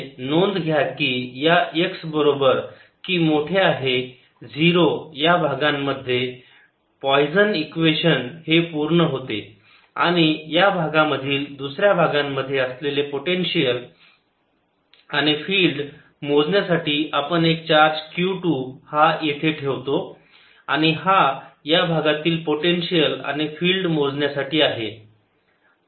तर म्हणजे नोंद घ्या की या x बरोबर की मोठे आहे 0 या भागांमध्ये पोईजन इक्वेशन हे पूर्ण होते आणि या भागामधील दुसऱ्या भागांमध्ये असलेले पोटेन्शियल आणि फिल्ड मोजण्यासाठी आपण एक चार्ज q 2 हा येथे ठेवतो आणि हा या भागातील पोटेन्शियल आणि फिल्ड मोजण्यासाठी आहे